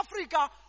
Africa